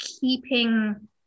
keeping